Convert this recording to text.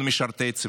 אנחנו משרתי ציבור.